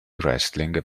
wrestling